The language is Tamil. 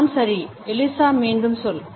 எல்லாம் சரி எலிஸா மீண்டும் சொல்